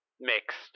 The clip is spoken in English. Mixed